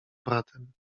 bratem